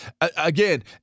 again